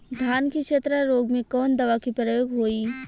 धान के चतरा रोग में कवन दवा के प्रयोग होई?